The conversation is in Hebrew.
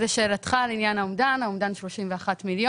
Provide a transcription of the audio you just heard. לשאלתך, לעניין האומדן, האומדן הוא 31 מיליון.